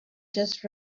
just